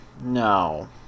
no